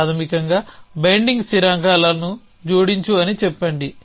ప్రాథమికంగా బైండింగ్ స్థిరాంకాల జోడించు అని చెప్పండి